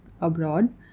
abroad